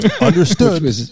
Understood